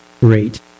great